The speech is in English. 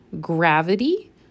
gravity